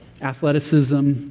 athleticism